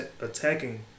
attacking